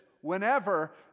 whenever